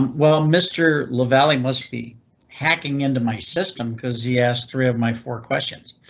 um well, mr lavalley must be hacking into my system cause he asked three of my four questions.